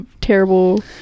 terrible